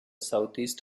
southeast